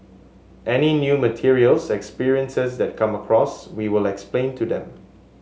any new materials experiences that come across we will explain to them